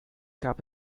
gab